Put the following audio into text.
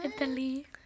Italy